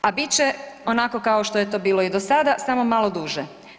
A bit će onako kao što je to bilo i do sada, samo malo duže.